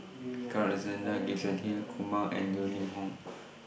Carl Alexander Gibson Hill Kumar and Yeo Ning Hong